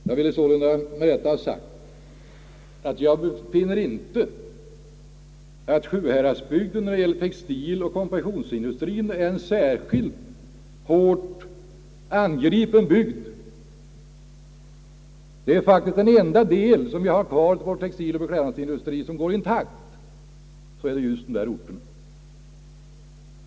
Jag vill med detta ha sagt att Sjuhäradsbygden inte är särskilt hårt pressad av nedläggningar av textiloch konfektionsindustrier. Det är faktiskt det enda område där textiloch beklädnadsindustrien står kvar intakt.